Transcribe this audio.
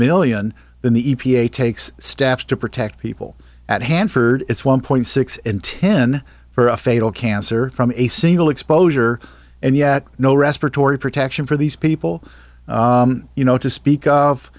million in the e p a takes steps to protect people at hanford it's one point six and ten for a fatal cancer from a single exposure and yet no respiratory protection for these people you know to speak of